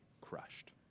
crushed